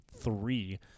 three